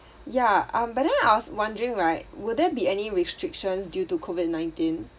yeah um but then I was wondering right will there be any restrictions due to COVID nineteen